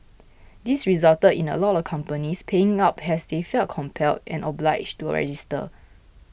this resulted in a lot of companies paying up as they felt compelled and obliged to register